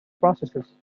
processes